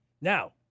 Now